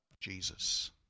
jesus